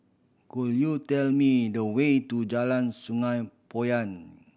could you tell me the way to Jalan Sungei Poyan